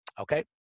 Okay